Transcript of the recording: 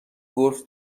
گلف